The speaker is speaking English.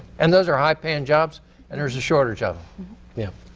and those are high paying jobs and there's a shortage of yeah